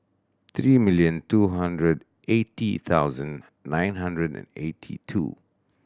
three million two hundred eighty thousand nine hundred and eighty two